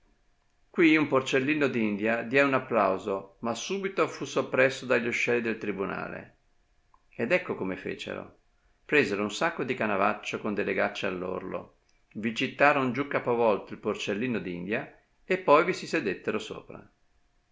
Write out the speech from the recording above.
qui un porcellino d'india diè un applauso ma subito fu soppresso dagli uscieri del tribunale ed ecco come fecero presero un sacco di canavaccio con de legacci all'orlo vi gittaron giù capovolto il porcellino d'india e poi vi si sedettero sopra